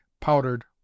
powdered